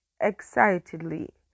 excitedly